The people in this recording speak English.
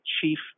chief